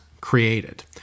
created